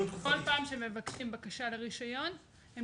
כל פעם שמבקשים בקשה לרישיון --- אם